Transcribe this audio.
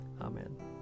Amen